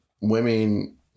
women